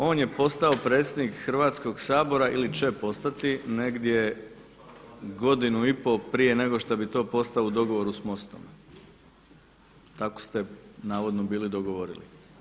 On je postao predsjednik Hrvatskog sabora ili će postati negdje godinu i po prije nego što bi to postao u dogovoru s MOST-om, tako ste navodno bili dogovorili.